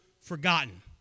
forgotten